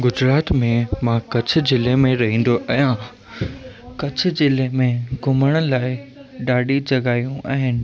गुजरात में मां कच्छ ज़िले में रहंदो आहियां कच्छ ज़िले में घुमण लाइ ॾाढी जॻहयूं आहिनि